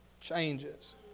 changes